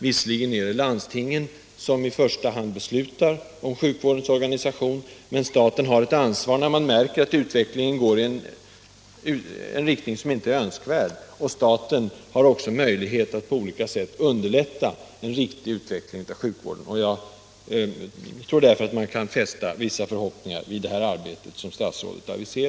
Visserligen är det landstingen som i första hand beslutar om sjukvårdens organisation, men staten har ett ansvar när man märker att utvecklingen går i en riktning som inte är önskvärd. Staten har också möjlighet att på olika sätt underlätta en riktig inriktning av sjukvården. Jag vill därför fästa stora förhoppningar vid det arbete som statsrådet utlovade.